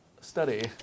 study